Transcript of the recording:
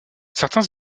certains